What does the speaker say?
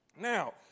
Now